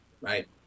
right